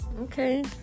Okay